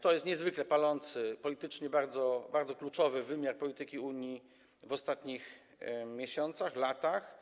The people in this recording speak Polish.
To jest niezwykle palący, politycznie bardzo kluczowy wymiar polityki Unii w ostatnich miesiącach, latach.